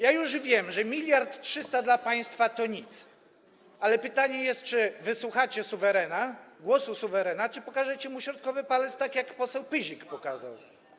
Ja już wiem, że 1300 mln dla państwa to nic, ale pytanie jest, czy wy słuchacie suwerena, głosu suwerena, czy pokażecie mu środkowy palec, tak jak poseł Pyzik pokazał.